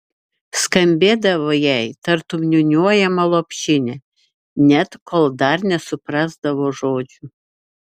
skambėdavo jai tartum niūniuojama lopšinė net kol dar nesuprasdavo žodžių